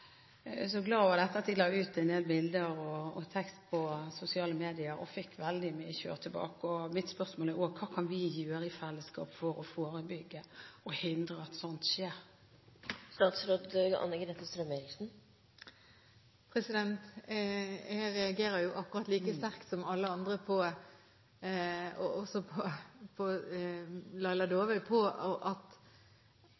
så glade over dette at de la ut en del bilder og tekst på sosiale medier, og fikk veldig mye «kjør» tilbake. Mitt spørsmål er: Hva kan vi gjøre i fellesskap for å forebygge og hindre at slikt skjer? Jeg reagerer akkurat like sterkt som alle andre, og som Laila Dåvøy, på at noen kan komme med slike ytringer overfor et barn som foreldre har ønsket, og